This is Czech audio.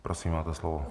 Prosím, máte slovo.